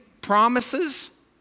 promises